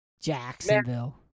Jacksonville